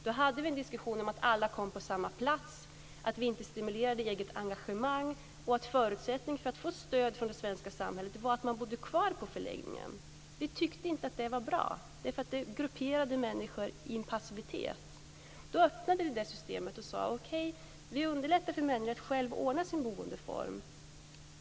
Vi hade en diskussion om att alla kom på samma plats, att vi inte stimulerade eget engagemang och att förutsättningen för att få stöd från det svenska samhället var att man bodde kvar på förläggningen. Vi tyckte inte att det var bra, eftersom det grupperade människor i en passivitet. Vi öppnade det systemet och sade: Okej, vi underlättar för människor att själva ordna sin boendeform.